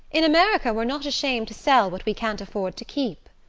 in america we're not ashamed to sell what we can't afford to keep.